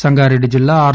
సంగారెడ్డి జిల్లా ఆర్